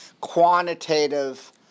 quantitative